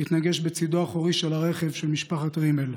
התנגש בצידו האחורי של הרכב של משפחת רימל.